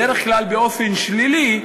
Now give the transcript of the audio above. בדרך כלל באופן שלילי,